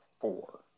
four